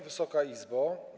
Wysoka Izbo!